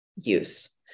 use